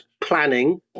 planning